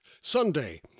Sunday